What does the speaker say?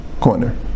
corner